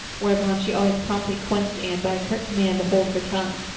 whereupon she always promptly quenched anne by a curt command to hold her tongue.